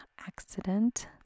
accident